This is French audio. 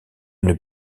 une